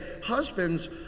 husbands